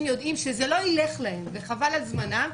יודעים שזה לא יילך להם וחבל על זמנם,